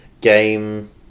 game